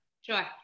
Sure